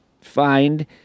find